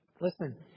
listen